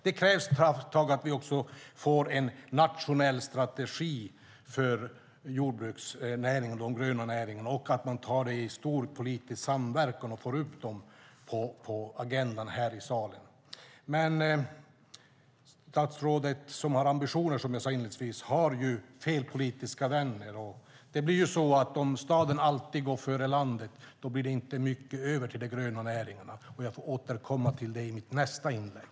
Det krävs också krafttag för att få en nationell strategi för jordbruksnäringen och de gröna näringarna, samt att man arbetar i stor politisk samverkan och får upp dem på agendan här i salen. Statsrådet, som har ambitioner - det sade jag inledningsvis - har dock fel politiska vänner. Om staden alltid går före landet blir det så att det inte blir mycket över till de gröna näringarna. Jag får återkomma till det i mitt nästa inlägg.